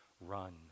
run